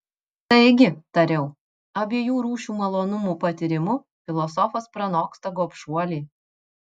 taigi tariau abiejų rūšių malonumų patyrimu filosofas pranoksta gobšuolį